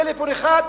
טלפון אחד,